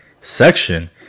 section